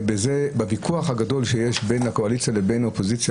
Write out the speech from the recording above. בוויכוח הגדול שיש בין הקואליציה לבין האופוזיציה,